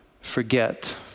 forget